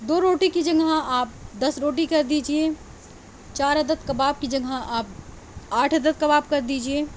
دو روٹی کی جگہ آپ دس روٹی کر دیجیے چار عدد کباب کی جگہ آپ آٹھ عدد کباب کر دیجیے